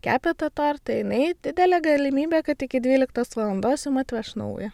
kepė tą tortą jinai didelė galimybė kad iki dvyliktos valandos jum atveš naują